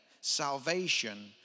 salvation